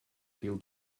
till